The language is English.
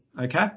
Okay